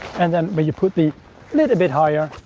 and then when you put the lid a bit higher,